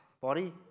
Body